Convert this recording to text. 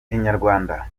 inyarwanda